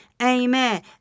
Amen